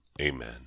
Amen